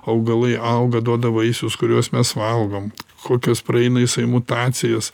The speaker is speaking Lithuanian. augalai auga duoda vaisius kuriuos mes valgom kokias praeina jisai mutacijas